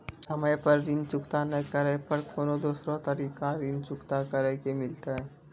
समय पर ऋण चुकता नै करे पर कोनो दूसरा तरीका ऋण चुकता करे के मिलतै?